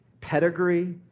pedigree